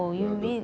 ya the